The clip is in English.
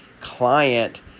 client